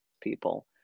people